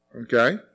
Okay